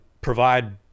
provide